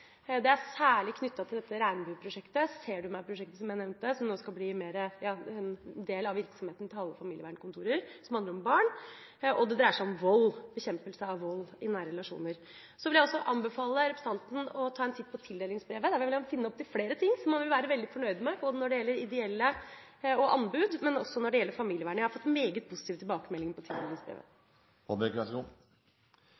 Det er særlig knyttet til Regnbueprosjektet og Ser du meg?-prosjektet, som jeg nevnte, som nå skal bli en del av virksomheten til alle familievernkontorer. Det handler om barn, og det dreier seg om bekjempelse av vold i nære relasjoner. Så vil jeg også anbefale representanten å ta en titt på tildelingsbrevet. Der vil han finne opptil flere ting som han vil være veldig fornøyd med, både når det gjelder de ideelle, når det gjelder anbud, og når det gjelder familievernet. Jeg har fått meget positive tilbakemeldinger på